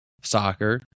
soccer